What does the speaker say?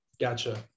Gotcha